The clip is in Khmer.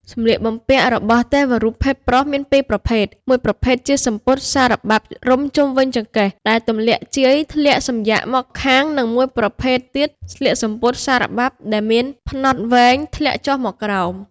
សម្លៀកបំពាក់របស់ទេវរូបភេទប្រុសមានពីរប្រភេទ មួយប្រភេទជាសំពត់សារបាប់រុំជុំវិញចង្កេះ ដែលទម្លាក់ជាយធ្លាក់សំយាកមកខាង និងមួយប្រភេទទៀតស្លៀកសំពត់សារបាប់ដែលមានផ្នត់វែងធ្លាក់ចុះមកក្រោម។